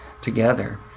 together